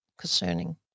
concerning